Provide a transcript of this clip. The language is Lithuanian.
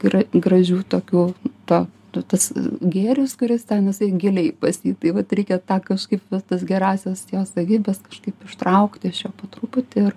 yra gražių tokių to tu tas gėris kuris ten jisai giliai pas jį tai vat reikia tą kažkaip vat tas gerąsias jos savybes kažkaip ištraukti iš jo po truputį ir